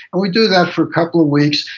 and we do that for a couple of weeks,